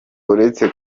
uretse